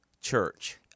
church